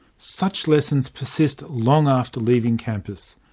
such lessons persist long after leaving campus.